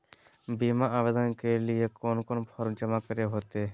बीमा आवेदन के लिए कोन कोन फॉर्म जमा करें होते